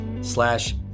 slash